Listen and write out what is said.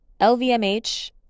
LVMH